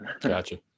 Gotcha